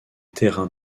terrains